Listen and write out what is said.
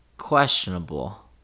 Questionable